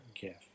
gift